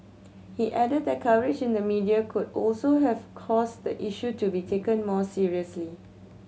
he added that coverage in the media could also have caused the issue to be taken more seriously